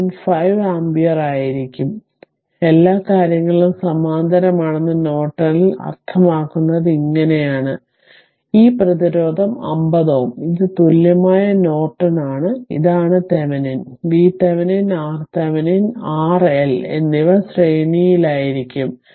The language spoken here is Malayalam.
5 ആമ്പിയർ ആയിരിക്കും എല്ലാ കാര്യങ്ങളും സമാന്തരമാണെന്ന് നോർട്ടണിൽ അർത്ഥമാക്കുന്നത് ഇങ്ങനെയാണ് ഈ പ്രതിരോധം 50 Ω ഇത് തുല്യമായ നോർട്ടൺ ആണ് ഇതാണ് Thevenin V Thevenin R Thevenin R L എന്നിവ ശ്രേണിയിൽ ആയിരിക്കും